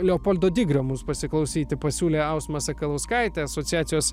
leopoldo digrio mūsų pasiklausyti pasiūlė ausma sakalauskaitė asociacijos